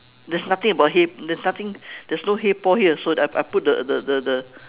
there's nothing about him there's nothing there's no hey paul hey so I put the the the the